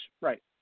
right